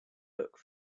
book